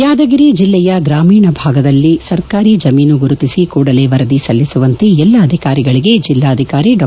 ಯಾದಗಿರಿ ಜಿಲ್ಲೆಯ ಗ್ರಾಮೀಣ ಭಾಗದಲ್ಲಿ ಸರ್ಕಾರಿ ಜಮೀನು ಗುರುತಿಸಿ ಕೂಡಲೇ ವರದಿ ಸಲ್ಲಿಸುವಂತೆ ಎಲ್ಲಾ ಅಧಿಕಾರಿಗಳಿಗೆ ಜಿಲ್ಲಾಧಿಕಾರಿ ಡಾ